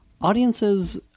Audiences